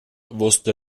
wusste